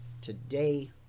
today